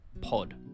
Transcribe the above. pod